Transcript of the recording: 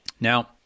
Now